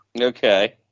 Okay